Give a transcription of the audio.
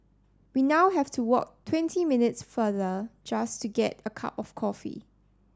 we now have to walk twenty minutes farther just to get a cup of coffee